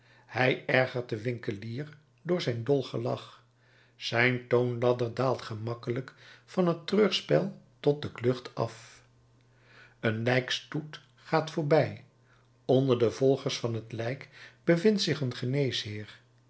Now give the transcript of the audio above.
hij ergert den winkelier door zijn dol gelach zijn toonladder daalt gemakkelijk van het treurspel tot de klucht af een lijkstoet gaat voorbij onder de volgers van het lijk bevindt zich een